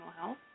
health